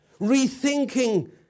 rethinking